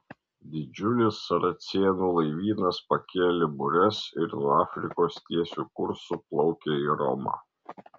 didžiulis saracėnų laivynas pakėlė bures ir nuo afrikos tiesiu kursu plaukia į romą